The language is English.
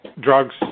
drugs